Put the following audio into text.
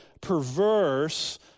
perverse